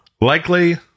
Likely